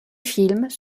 films